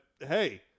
hey